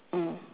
mm